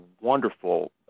wonderful